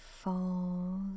falls